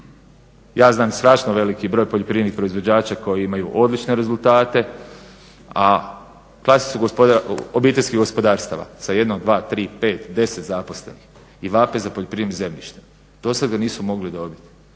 Ja znam strašno veliki broj poljoprivrednih proizvođača koji imaju odlične rezultate, a … obiteljskih gospodarstava sa 1, 2, 3, 5, 10 zaposlenih i vape za poljoprivrednim zemljištem. Do sada nisu mogli dobit.